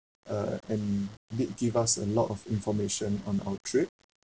uh and did give us a lot of information on our trip